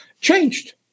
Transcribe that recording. changed